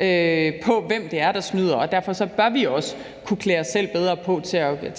til hvem det er, der snyder, og derfor bør vi også kunne klæde os selv bedre på